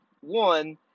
one